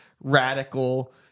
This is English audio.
radical